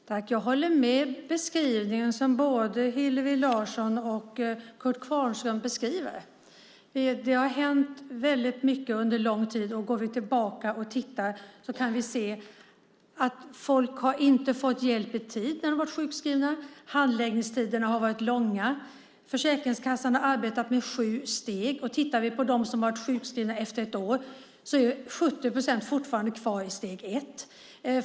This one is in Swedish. Fru talman! Jag håller med om den beskrivning som både Hillevi Larsson och Kurt Kvarnström gör. Det har hänt väldigt mycket under lång tid. Går vi tillbaka och tittar kan vi se att folk inte har fått hjälp i tid när de har varit sjukskrivna och att handläggningstiderna har varit långa. Försäkringskassan har arbetat med sju steg. Av dem som varit sjukskrivna mer än ett år är 70 procent fortfarande kvar i steg ett.